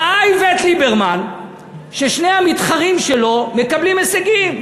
ראה איווט ליברמן ששני המתחרים שלו מקבלים הישגים.